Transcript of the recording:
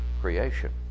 creation